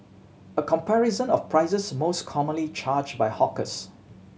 a comparison of prices most commonly charged by hawkers